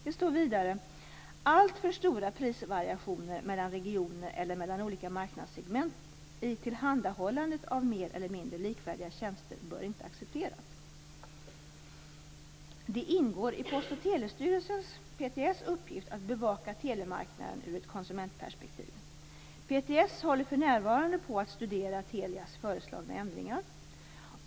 Det står vidare: "Alltför stora prisvariationer mellan regioner eller mellan olika marknadssegment i tillhandahållandet av mer eller mindre likvärdiga tjänster bör inte accepteras." Det ingår i Post och telestyrelsens uppgift att bevaka telemarknaden ur ett konsumentperspektiv. PTS håller för närvarande på att studera Telias föreslagna ändringar.